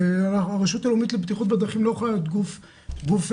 והרשות הלאומית לבטיחות בדרכים לא יכולה להיות גוף מייעץ.